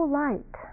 light